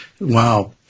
Wow